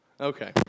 Okay